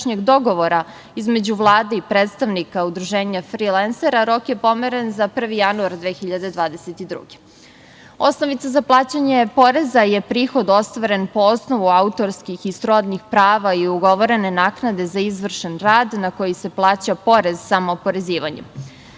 dogovora između Vlade i predstavnika udruženja frilensera, rok je pomeren za 1. januar 2022. godine. Osnovica za plaćanje poreza je prihod ostvaren po osnovu autorskih i srodnih prava i ugovorene naknade za izvršen rad, na koji se plaća porez samooporezivanjem.